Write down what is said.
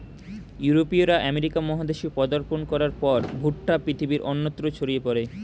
ইউরোপীয়রা আমেরিকা মহাদেশে পদার্পণ করার পর ভুট্টা পৃথিবীর অন্যত্র ছড়িয়ে পড়ে